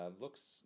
Looks